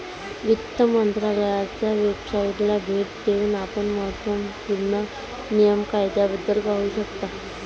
वित्त मंत्रालयाच्या वेबसाइटला भेट देऊन आपण महत्त्व पूर्ण नियम कायद्याबद्दल पाहू शकता